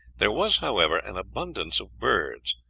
there was, however, an abundance of birds,